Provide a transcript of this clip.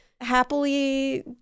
happily